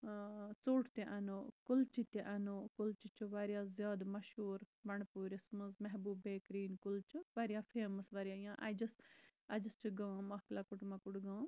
اۭں ژوٚٹ تہِ اَنو کُلچہِ تہِ اَنو کُلچہِ چھُ واریاہ زیادٕ مَشہوٗر بَنڈپوٗرِس منٛز محبوٗب بیکری ہُند کُلچہٕ واریاہ فیمَس یا واریاہ اَجیس اَجیس چھُ گام اکھ لۄکُٹ مۄکُٹ گام